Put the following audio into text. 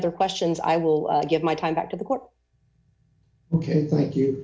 other questions i will give my time back to the court ok thank you